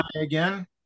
again